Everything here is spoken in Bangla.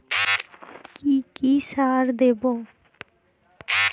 কি কি সার দেবো?